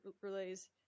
relays